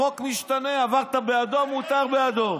החוק משתנה: עברת באדום, מותר באדום.